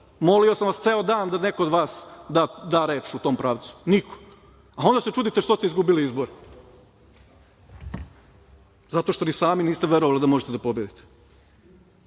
Molio sam vas ceo dan da neko od vas da reč u tom pravcu. Niko. A onda se čudite što ste izgubili izbore. Zato što ni sami niste verovali da možete da pobedite. Pričate